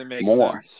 more